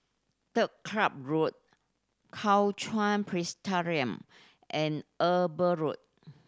Turf Club Road Kuo Chuan Presbyterian and Eber Road